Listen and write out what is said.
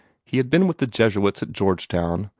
he had been with the jesuits at georgetown,